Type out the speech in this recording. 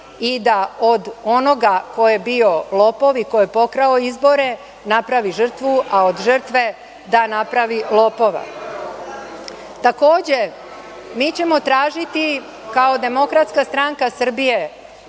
i da od onoga ko je bio lopov i ko je pokrao izbore napravi žrtvu, a od žrtve da napravi lopova. Takođe mi ćemo tražiti kao DSS formiranje